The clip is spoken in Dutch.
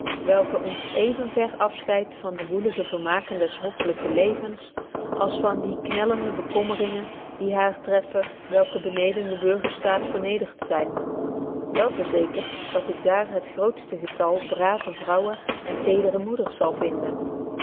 welken ons even ver afscheid van de woelige vermaken des hoffelyken levens als van die knellende bekommeringen die haar treffen welken beneden den burgerstaat vernederd zyn wél verzekerd dat ik daar het grootste getal brave vrouwen en tedere moeders zal vinden